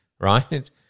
right